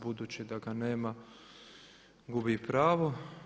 Budući da ga nema gubi pravo.